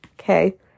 Okay